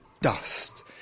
dust